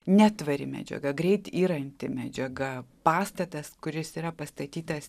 netvari medžiaga greit yranti medžiaga pastatas kuris yra pastatytas